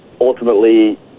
ultimately